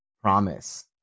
promise